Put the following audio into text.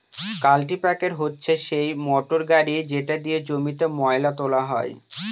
কাল্টিপ্যাকের হচ্ছে সেই মোটর গাড়ি যেটা দিয়ে জমিতে ময়লা তোলা হয়